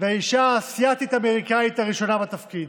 והאישה האסייתית-אמריקאית הראשונה בתפקיד.